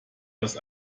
das